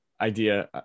idea